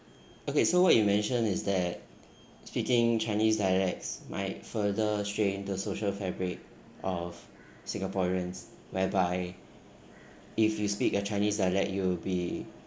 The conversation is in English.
okay so what you mention is that speaking chinese dialects might further strain the social fabric of singaporeans whereby if you speak a chinese dialect you'll be